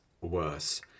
worse